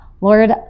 lord